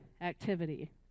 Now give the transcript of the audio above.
activity